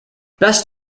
best